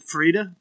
Frida